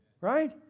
Right